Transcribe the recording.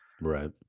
right